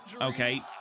Okay